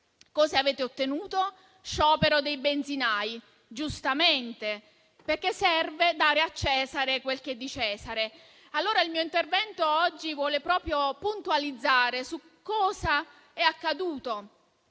Cosa avete ottenuto? Sciopero dei benzinai: giustamente, perché serve dare a Cesare quel che è di Cesare. Allora, il mio intervento oggi vuole puntualizzare cosa è accaduto